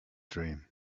dream